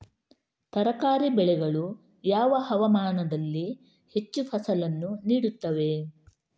ತರಕಾರಿ ಬೆಳೆಗಳು ಯಾವ ಹವಾಮಾನದಲ್ಲಿ ಹೆಚ್ಚು ಫಸಲನ್ನು ನೀಡುತ್ತವೆ?